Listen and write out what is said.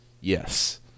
Yes